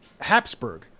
Habsburg